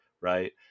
right